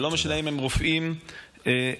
וזה לא משנה אם הם רופאים או טייסים.